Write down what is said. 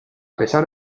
pesar